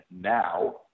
now